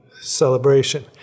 celebration